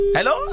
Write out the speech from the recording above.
Hello